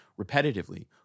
repetitively